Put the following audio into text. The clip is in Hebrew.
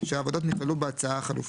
שהעבודות נכללו בהצעה החלופית.